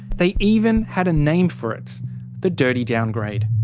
they even had a name for it the dirty downgrade.